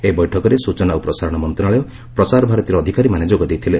ଏହି ବୈଠକରେ ସୂଚନା ଓ ପ୍ରସାରଣ ମନ୍ତ୍ରଶାଳୟ ପ୍ରସାର ଭାରତୀର ଅଧିକାରୀମାନେ ଯୋଗ ଦେଇଥିଲେ